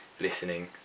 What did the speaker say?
listening